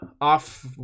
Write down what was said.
off